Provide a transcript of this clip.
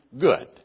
good